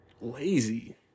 lazy